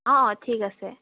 অঁ অঁ ঠিক আছে